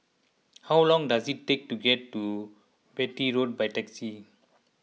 how long does it take to get to Beatty Road by taxi